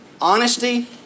Honesty